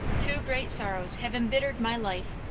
two great sorrows have embittered my life.